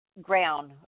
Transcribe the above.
ground